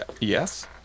yes